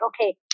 okay